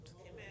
Amen